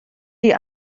die